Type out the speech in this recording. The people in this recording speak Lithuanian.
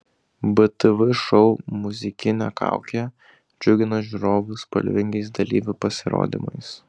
btv šou muzikinė kaukė džiugina žiūrovus spalvingais dalyvių pasirodymais